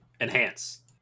enhance